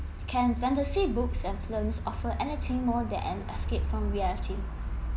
can fantasy books and films offered anything more than an escape from reality